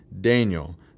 Daniel